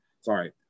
sorry